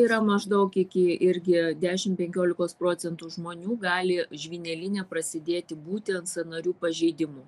yra maždaug iki irgi dešim penkiolikos procentų žmonių gali žvynelinė prasidėti būtent sąnarių pažeidimų